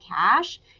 cash